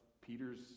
Peter's